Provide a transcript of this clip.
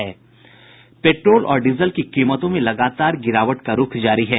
petrol और diesel की कीमतों में लगातार गिरावट का रूख जारी है